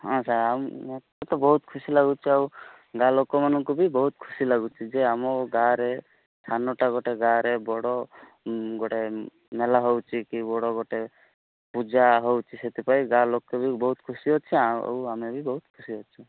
ହଁ ସାର୍ ଆଉ ମୋତେ ତ ବହୁତ ଖୁସି ଲାଗୁଛି ଆଉ ଗାଁ ଲୋକମାନଙ୍କୁ ବି ବହୁତ ଖୁସି ଲାଗୁଛି ଯେ ଆମ ଗାଁରେ ସାନଟା ଗୋଟେ ଗାଁରେ ବଡ଼ ଗୋଟେ ମେଳା ହେଉଛି କି ବଡ଼ ଗୋଟେ ପୂଜା ହେଉଛି ସେଥିପାଇଁ ଗାଁ ଲୋକେ ବି ବହୁତ ଖୁସି ଅଛେ ଆଉ ଆମେ ବି ବହୁତ ଖୁସି ଅଛୁଁ